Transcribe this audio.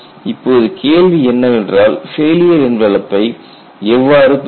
இப்போது கேள்வி என்னவென்றால் ஃபெயிலியர் என்வலப்பை எவ்வாறு பெறுவது